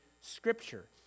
Scripture